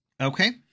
okay